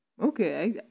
Okay